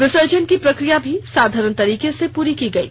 विसर्जन की प्रकिया भी साधारण तरीके से पूरी की गयी